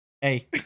Hey